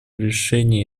решения